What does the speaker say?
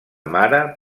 mare